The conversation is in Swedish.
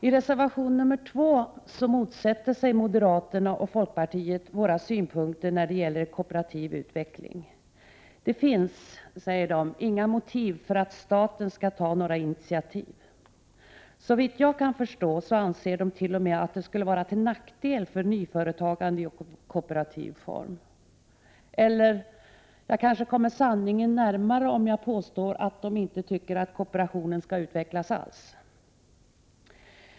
I reservation nr 2 motsätter sig moderaterna och folkpartiet våra synpunkter när det gäller kooperativ utveckling. De anser inte att det finns några motiv för att staten skall ta initiativ. Såvitt jag kan förstå anser de t.o.m. att det skulle vara till nackdel för nyföretagande i kooperativ form. Jag kanske t.o.m. kommer sanningen närmare om jag påstår att de inte tycker att kooperationen skall utvecklas alls.